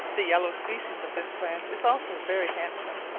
the yellow species of this plant is also very handsome,